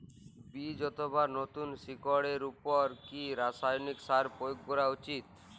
বীজ অথবা নতুন শিকড় এর উপর কি রাসায়ানিক সার প্রয়োগ করা উচিৎ?